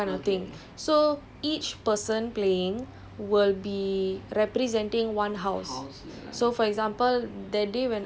okay so when you start off it's a single err player kind of thing so each person playing